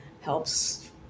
helps